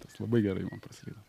tas labai gerai man praslydo